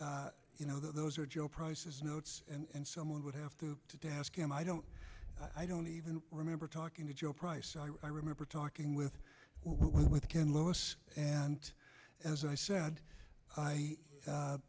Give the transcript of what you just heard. you know those are joe price's notes and someone would have to today ask him i don't i don't even remember talking to joe price i remember talking with with ken lewis and as i said i